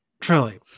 Truly